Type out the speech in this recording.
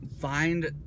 find